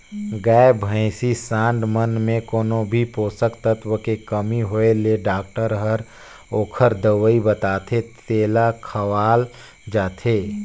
गाय, भइसी, सांड मन में कोनो भी पोषक तत्व के कमी होय ले डॉक्टर हर ओखर दवई बताथे तेला खवाल जाथे